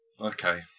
okay